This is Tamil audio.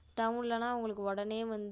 டவுன்லனா உங்களுக்கு உடனே வந்து